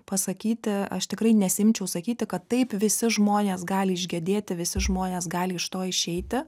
pasakyti aš tikrai nesiimčiau sakyti kad taip visi žmonės gali išgedėti visi žmonės gali iš to išeiti